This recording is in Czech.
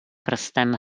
prstem